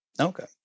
Okay